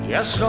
Yes